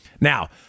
Now